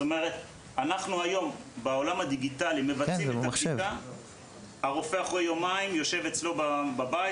בעולם הדיגיטלי מבצעים בדיקה ואחרי יומיים הרופא יכול לשבת אצלו בבית,